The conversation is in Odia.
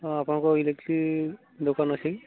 ହଁ ଆପଣଙ୍କର ଇଲେକ୍ଟ୍ରିକ୍ ଦୋକାନ ଅଛି